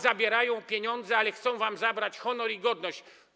Zabierają wam pieniądze, ale chcą wam zabrać honor i godność.